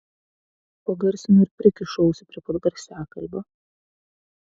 pagarsinu ir prikišu ausį prie pat garsiakalbio